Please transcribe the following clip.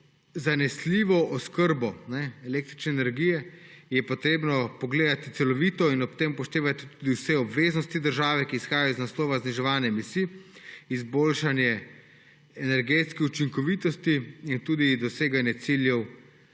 Zanesljivo oskrbo električne energije je treba pogledati celovito in ob tem upoštevati tudi vse obveznosti države, ki izhajajo iz naslova zniževanja emisij, izboljšanja energetske učinkovitosti in tudi doseganje ciljev